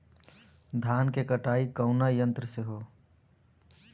धान क कटाई कउना यंत्र से हो?